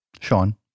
Sean